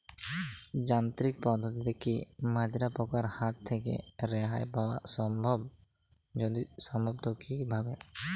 যান্ত্রিক পদ্ধতিতে কী মাজরা পোকার হাত থেকে রেহাই পাওয়া সম্ভব যদি সম্ভব তো কী ভাবে?